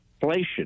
inflation